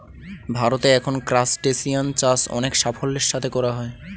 ভারতে এখন ক্রাসটেসিয়ান চাষ অনেক সাফল্যের সাথে করা হয়